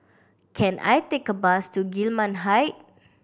can I take a bus to Gillman Height